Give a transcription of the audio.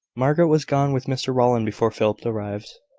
margaret was gone with mr rowland before philip arrived.